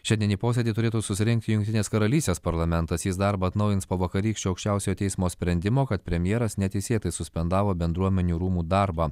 šiandien į posėdį turėtų susirinkti jungtinės karalystės parlamentas jis darbą atnaujins po vakarykščio aukščiausiojo teismo sprendimo kad premjeras neteisėtai suspendavo bendruomenių rūmų darbą